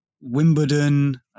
Wimbledon